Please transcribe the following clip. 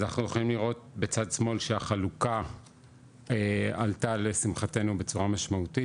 אז אנחנו יכולים לראות בצד שמאל שהחלוקה עלתה לשמחתנו בצורה משמעותית